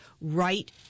right